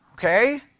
Okay